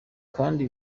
kandi